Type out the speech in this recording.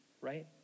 right